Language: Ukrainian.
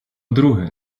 друге